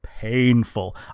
painful